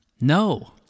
No